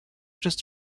those